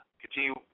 Continue